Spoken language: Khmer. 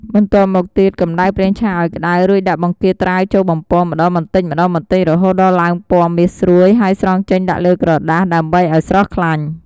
បន្ទាប់មកទៀត កំដៅប្រេងឆាឱ្យក្តៅ រួចដាក់បង្គាត្រាវចូលបំពងម្តងបន្តិចៗរហូតដល់ឡើងពណ៌មាសស្រួយ ហើយស្រង់ចេញដាក់លើក្រដាស ដើម្បីឱ្យស្រស់ខ្លាញ់។